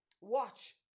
watch